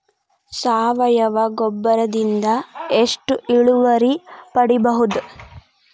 ಸಾವಯವ ಗೊಬ್ಬರದಿಂದ ಎಷ್ಟ ಇಳುವರಿ ಪಡಿಬಹುದ?